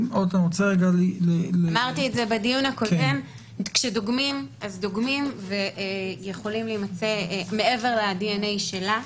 אמרתי בדיון הקודם שכאשר דוגמים, מעבר לדנ"א שלה,